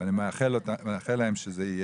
אני מאחל להם שזה יהיה.